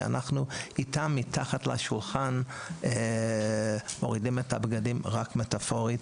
שמתחת לשולחן אנחנו מורידים איתם את הבגדים רק מטאפורית